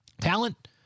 Talent